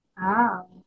Wow